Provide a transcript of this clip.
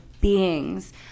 beings